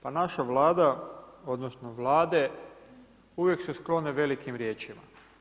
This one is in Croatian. Pa naša Vlada odnosno vlade uvijek su sklone velikim riječima.